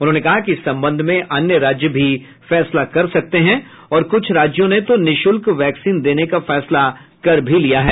उन्होंने कहा कि इस संबंध में अन्य राज्य भी फैसला कर सकते हैं और कुछ राज्यों ने तो निःशुल्क वैक्सीन देने का फैसला कर भी लिया है